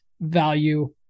value